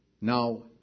Now